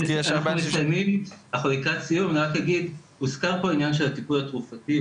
הוזכר פה העניין של הטיפול התרופתי,